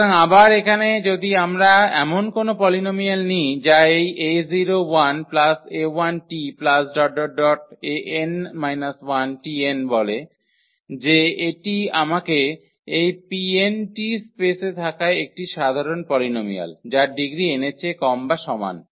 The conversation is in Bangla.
সুতরাং আবার এখানে যদি আমরা এমন কোনও পলিনোমিয়াল নিই যা এই 𝑎01 𝑎1t ⋯ 𝑎𝑛−1 tn বলে যে এটি আমাদের এই 𝑃𝑛 স্পেসে থাকা একটি সাধারণ পলিনোমিয়াল যার ডিগ্রি n এর চেয়ে কম বা সমান